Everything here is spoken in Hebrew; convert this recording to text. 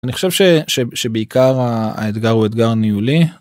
אני חושב שבעיקר האתגר הוא אתגר ניהולי.